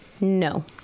No